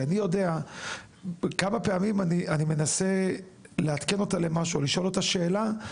כי אני יודע כמה פעמים אני מנסה לעדכן אותה על משהו או לשאול אותה שאלה.